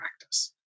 practice